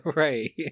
right